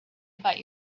about